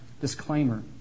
disclaimer